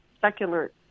secular